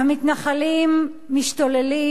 המתנחלים משתוללים,